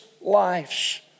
lives